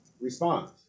response